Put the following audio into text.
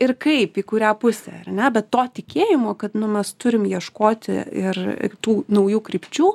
ir kaip į kurią pusę ar ne bet to tikėjimo kad mes turim ieškoti ir tų naujų krypčių